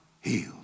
healed